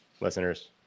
Listeners